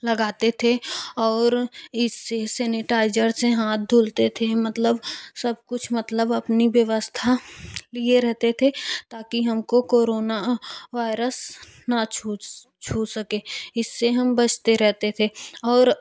लगाते थे और इससे सेनिटाइजर से हाथ धुलते थे मतलब सब कुछ मतलब अपनी व्यवस्था लिए रहते थे ताकि हमको कोरोना वायरस ना छूस छू सके इससे हम बचते रहते थे और